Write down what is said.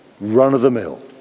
run-of-the-mill